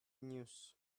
news